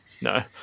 No